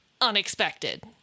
unexpected